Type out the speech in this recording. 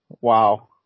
Wow